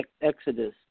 Exodus